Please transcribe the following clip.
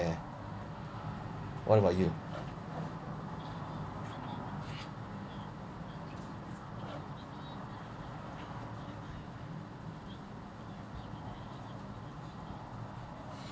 eh what about you